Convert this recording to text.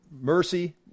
mercy